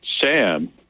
Sam